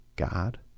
God